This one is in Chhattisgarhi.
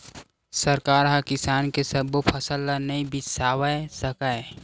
सरकार ह किसान के सब्बो फसल ल नइ बिसावय सकय